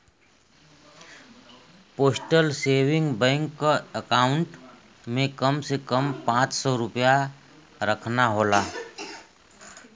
postal saving bank क account में कम से कम पांच सौ रूपया रखना होला